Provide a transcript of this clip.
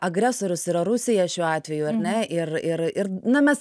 agresorius yra rusija šiuo atveju ar ne ir ir ir na mes